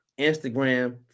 Instagram